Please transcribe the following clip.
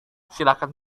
silakan